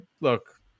look